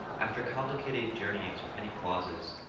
after complicated journeyings with many pauses,